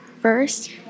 first